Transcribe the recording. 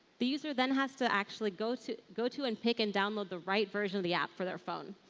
the user then has to actually go to go to and pick and download the right version of the app for their phone,